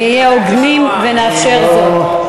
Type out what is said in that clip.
נהיה הוגנים ונאפשר זאת.